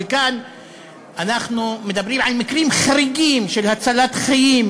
אבל כאן אנחנו מדברים על מקרים חריגים של הצלת חיים,